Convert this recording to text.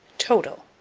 total.